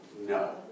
No